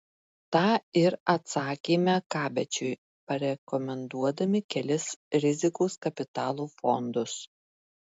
tą ir atsakėme kabečiui parekomenduodami kelis rizikos kapitalo fondus